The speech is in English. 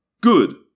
good